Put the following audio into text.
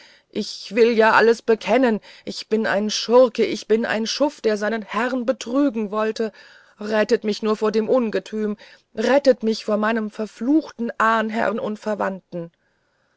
ich will ja alles bekennen ich bin ein schurke ich bin ein schuft der seinen herrn betrügen wollte rettet mich nur von dem ungetüm rettet mich von meinem verfluchten ahnherrn